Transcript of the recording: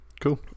Cool